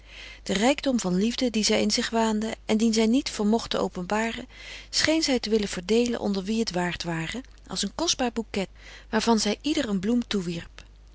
den rijkdom van liefde dien zij in zich waande en dien zij niet vermocht te openbaren scheen zij te willen verdeelen onder wie het waard waren als een kostbaar bouquet waarvan zij ieder een bloem